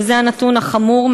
וזה הנתון החמור,